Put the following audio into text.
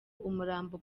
umurambo